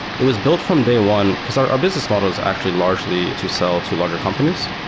it was built from day one, because our our business model is actually largely to sell to larger companies.